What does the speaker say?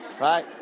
right